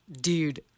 dude